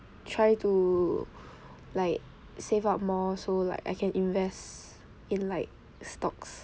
try to like save up more so like I can invest in like stocks